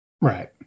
Right